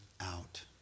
out